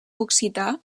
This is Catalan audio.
occità